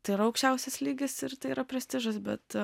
tai yra aukščiausias lygis ir tai yra prestižas bet